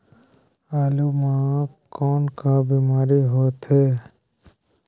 आलू म कौन का बीमारी होथे?